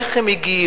איך הם הגיעו,